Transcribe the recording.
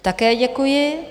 Také děkuji.